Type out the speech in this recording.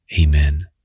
Amen